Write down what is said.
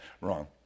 wrong